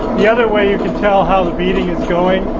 the other way you can tell how the beating is going,